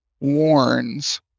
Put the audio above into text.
warns